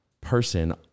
person